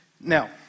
Now